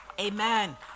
amen